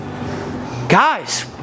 Guys